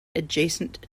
adjacent